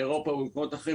באירופה ובמקומות אחרים,